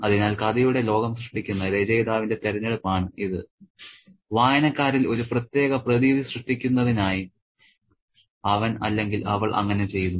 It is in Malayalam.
അതിനാൽ കഥയുടെ ലോകം സൃഷ്ടിക്കുന്ന രചയിതാവിന്റെ തിരഞ്ഞെടുപ്പാണ് ഇത് വായനക്കാരിൽ ഒരു പ്രത്യേക പ്രതീതി സൃഷ്ടിക്കുന്നതിനായി അവൻ അല്ലെങ്കിൽ അവൾ അങ്ങനെ ചെയ്യുന്നു